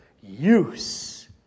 use